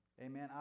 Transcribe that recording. Amen